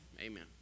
amen